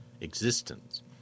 existence